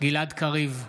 גלעד קריב,